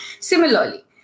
Similarly